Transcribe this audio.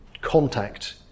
contact